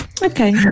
Okay